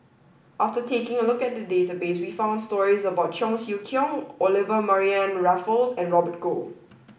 after taking a look at the database we found stories about Cheong Siew Keong Olivia Mariamne Raffles and Robert Goh